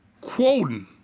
quoting